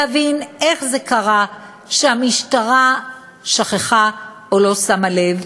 להבין איך זה קרה שהמשטרה שכחה או לא שמה לב.